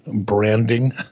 branding